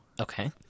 Okay